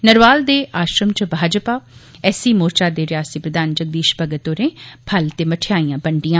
नरवाल दे आक्षम च भाजपा एससी मोर्चा दे रिआसती प्रधान जगदीश भगत होरें फल ते मठाइयां बंडियां